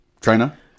trainer